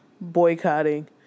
boycotting